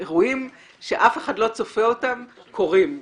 אירועים שאף אחד לא צופה אותם קורים.